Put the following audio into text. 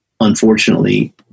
unfortunately